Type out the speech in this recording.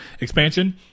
Expansion